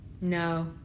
No